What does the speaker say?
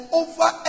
over